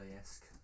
esque